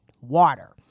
water